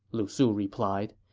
lu su replied.